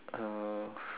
uh